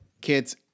kids